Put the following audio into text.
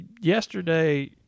yesterday